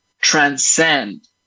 transcend